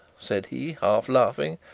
said he, half laughing,